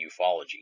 ufology